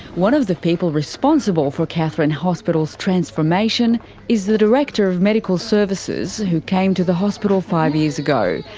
one of the people responsible for katherine hospital's transformation is the director of medical services who came to the hospital five years ago.